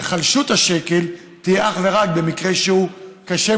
היחלשות השקל תהיה אך ורק במקרה שהוא קשה,